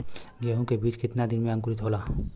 गेहूँ के बिज कितना दिन में अंकुरित होखेला?